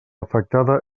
afectada